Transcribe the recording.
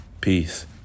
Peace